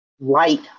light